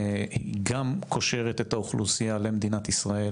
היא גם קושרת את האוכלוסייה למדינת ישראל